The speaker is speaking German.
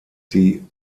sie